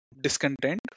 discontent